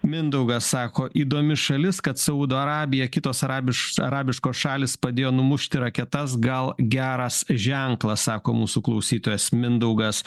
mindaugas sako įdomi šalis kad saudo arabija kitos arabiš arabiškos šalys padėjo numušti raketas gal geras ženklas sako mūsų klausytojas mindaugas